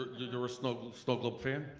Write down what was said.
youire a snow but snow globe fan?